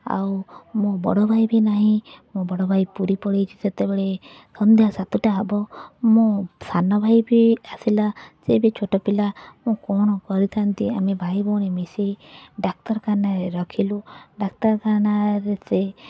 ଆଉ ମୋ ବଡ଼ଭାଇ ବି ନାହିଁ ମୋ ବଡ଼ଭାଇ ପୁରୀ ପଳେଇଛି ସେତେବେଳେ ସନ୍ଧ୍ୟା ସାତଟା ହବ ମୋ ସାନଭାଇ ବି ଆସିଲା ସେ ବି ଛୋଟ ପିଲା ମୁଁ କ'ଣ କରିଥାନ୍ତି ଆମେ ଭାଇଭଉଣୀ ମିଶି ଡାକ୍ତରଖାନାରେ ରଖିଲୁ ଡାକ୍ତରଖାନାରେ ସେ